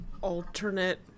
alternate